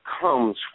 comes